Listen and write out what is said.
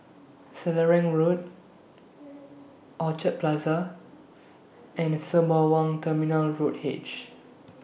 Selarang Road Orchard Plaza and Sembawang Terminal Road H